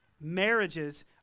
Marriages